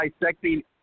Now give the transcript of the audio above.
dissecting